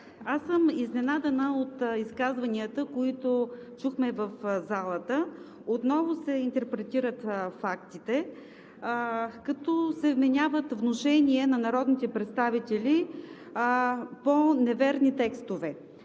Аз съм изненадана от изказванията, които чухме в залата. Отново се интерпретираха фактите, като се вменяват внушения на народните представители по неверни текстове.